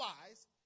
otherwise